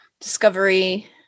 Discovery